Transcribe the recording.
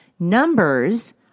Numbers